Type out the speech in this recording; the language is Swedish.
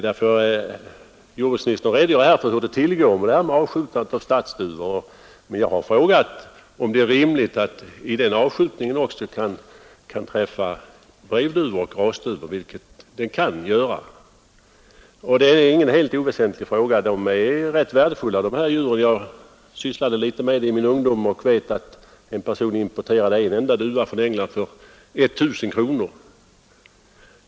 Jordbruksministern redogjorde här för hur det går till vid avskjutningen av stadsduvor, men jag har frågat huruvida det är rimligt att den avskjutningen också kan träffa brevduvor och rasduvor, vilket kan hända. Och det är i så fall inte någon helt oväsentlig fråga. De djuren är ganska värdefulla. Jag sysslade litet med duvor i min ungdom och vet att en person då importerade en enda duva från England för 1 000 kronor.